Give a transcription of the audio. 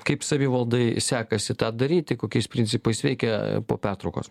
kaip savivaldai sekasi tą daryti kokiais principais veikia po pertraukos